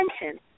attention